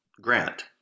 grant